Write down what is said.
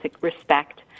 respect